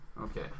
Okay